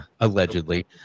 allegedly